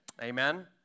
Amen